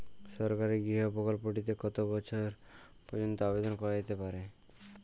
সরকারি গৃহ প্রকল্পটি তে কত বয়স পর্যন্ত আবেদন করা যেতে পারে?